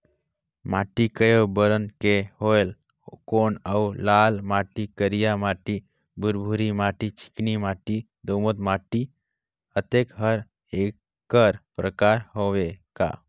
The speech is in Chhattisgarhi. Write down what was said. माटी कये बरन के होयल कौन अउ लाल माटी, करिया माटी, भुरभुरी माटी, चिकनी माटी, दोमट माटी, अतेक हर एकर प्रकार हवे का?